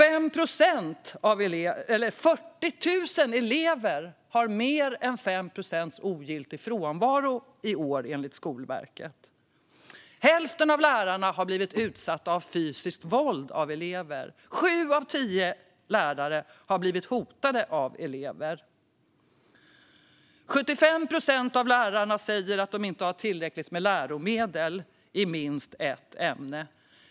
Enligt Skolverket har 40 000 elever mer än 5 procents ogiltig frånvaro i år. Hälften av lärarna har blivit utsatta för fysiskt våld av elever. Sju av tio lärare har blivit hotade av elever. Och 75 procent av lärarna säger att de inte har tillräckligt med läromedel i minst ett ämne.